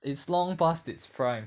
it's long past its prime